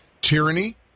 tyranny